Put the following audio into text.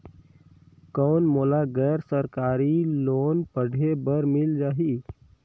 कौन मोला गैर सरकारी लोन पढ़े बर मिल जाहि?